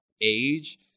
age